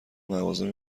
مغازه